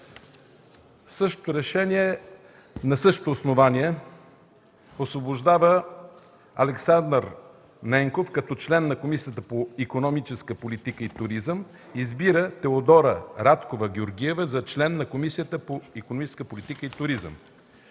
същото решение, на същото основание: „Освобождава Александър Руменов Ненков като член на Комисията по икономическа политика и туризъм. Избира Теодора Радкова Георгиева за член на Комисията по икономическа политика и туризъм.”